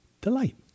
delight